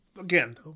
again